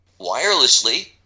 wirelessly